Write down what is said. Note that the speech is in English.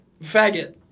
Faggot